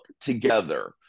together